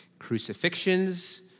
Crucifixions